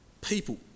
people